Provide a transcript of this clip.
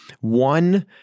One